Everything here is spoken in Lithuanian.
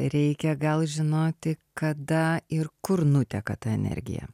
reikia gal žinoti kada ir kur nuteka ta energija